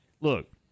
look